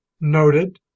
noted